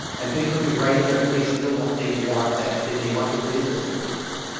and facebook is right in there because they still want they want that but they want the business from those people.